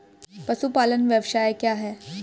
पशुपालन व्यवसाय क्या है?